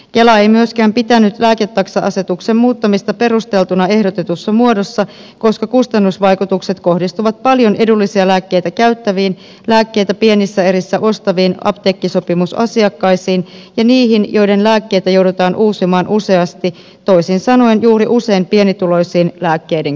kela ei myöskään pitänyt lääketaksa asetuksen muuttamista perusteltuna ehdotetussa muodossa koska kustannusvaikutukset kohdistuvat paljon edullisia lääkkeitä käyttäviin lääkkeitä pienissä erissä ostaviin apteekkisopimusasiakkaisiin ja niihin joiden lääkkeitä joudutaan uusimaan useasti toisin sanoen usein juuri pienituloisiin lääkkeidenkäyttäjiin